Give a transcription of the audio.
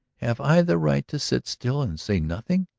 have i the right to sit still and say nothing?